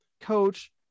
coach